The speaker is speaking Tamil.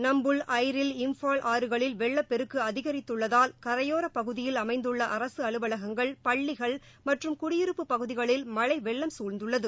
நம்புல் ஐரில் இம்பால் ஆறுகளில் வெள்ளப்பெருக்கு அதிகித்துள்ளதால் கரையோரப் பகுதியில் அமைந்துள்ள அரசு அலுவலகங்கள் பள்ளிகள் மற்றும் குடியிருப்பு பகுதிகளில் மழை வெள்ளம் சூழ்ந்துள்ளது